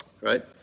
right